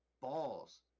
balls